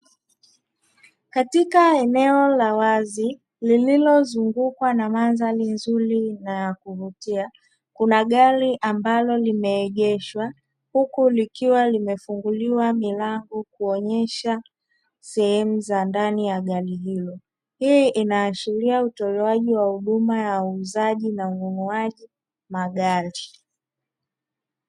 Katika eneo la wazi lililozungukwa na mandharini zuri na ya kuvutia, kuna gari ambalo limeegeshwa. Huku likiwa limefunguliwa milango kuonesha sehemu za ndani ya gari hiyo. Hii inaashiria utolewaji wa huduma ya uuzaji na ununuaji magari.